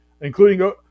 including